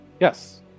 Yes